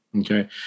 Okay